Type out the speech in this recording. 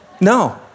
No